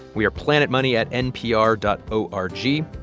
we are planetmoney at npr dot o r g.